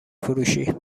فروشی